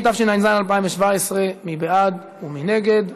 התשע"ז 2017. מי בעד ומי נגד?